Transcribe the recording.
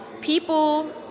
people